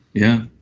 yeah.